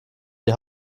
die